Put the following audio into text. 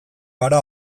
gara